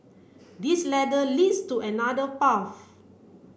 this ladder leads to another path